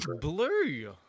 blue